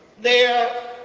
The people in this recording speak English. there